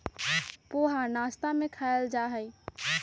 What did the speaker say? पोहा नाश्ता में खायल जाहई